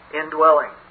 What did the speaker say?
indwelling